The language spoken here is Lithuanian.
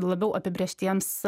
labiau apibrėžtiems